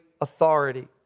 authority